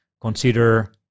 consider